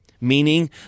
meaning